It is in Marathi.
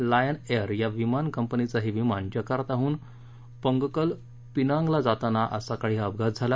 लायन एअर या विमान कंपनीचं हे विमान जकार्ताहन पंगकल पिनांगला जाताना आज सकाळी हा अपघात घडला